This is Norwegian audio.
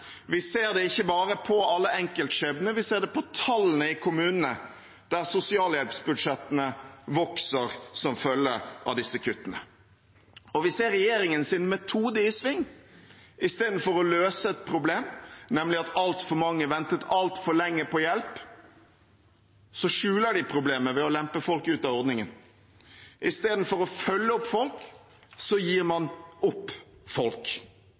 Vi ser det ikke bare på alle enkeltskjebnene, vi ser det på tallene i kommunene, der sosialhjelpsbudsjettene vokser som følge av disse kuttene. Og vi ser at regjeringens metode er i sving: I stedet for å løse et problem, nemlig at altfor mange ventet altfor lenge på hjelp, skjuler de problemet ved å lempe folk ut av ordningen. I stedet for å følge opp folk gir man opp folk.